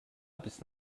bis